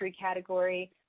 category